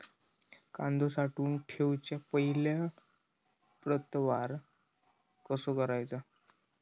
कांदो साठवून ठेवुच्या पहिला प्रतवार कसो करायचा?